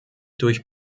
durch